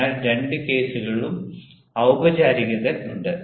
അതിനാൽ രണ്ട് കേസുകളിലും ഔപചാരികതയുണ്ട്